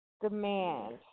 demand